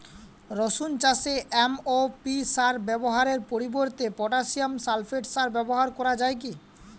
রসুন চাষে এম.ও.পি সার ব্যবহারের পরিবর্তে পটাসিয়াম সালফেট সার ব্যাবহার করা যায় কি?